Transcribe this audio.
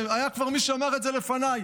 היה כבר מי שאמר את זה לפניי.